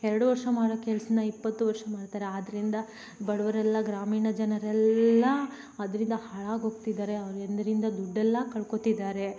ಎರಡು ವರ್ಷ ಮಾಡೋ ಕೇಸನ್ನ ಇಪ್ಪತ್ತು ವರ್ಷ ಮಾಡ್ತಾರೆ ಆದ್ದರಿಂದ ಬಡವರೆಲ್ಲ ಗ್ರಾಮೀಣ ಜನರೆಲ್ಲಾ ಅದರಿಂದ ಹಾಳಾಗಿ ಹೋಗ್ತಿದ್ದಾರೆ ಅದ್ರಿಂದ ದುಡ್ಡೆಲ್ಲಾ ಕಳ್ಕೊತಿದ್ದಾರೆ